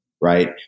right